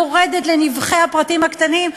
יורדת לנבכי הפרטים הקטנים,